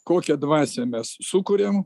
kokią dvasią mes sukuriam